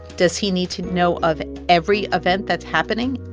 does he need to know of every event that's happening?